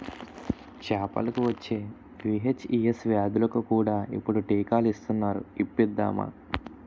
చేపలకు వచ్చే వీ.హెచ్.ఈ.ఎస్ వ్యాధులకు కూడా ఇప్పుడు టీకాలు ఇస్తునారు ఇప్పిద్దామా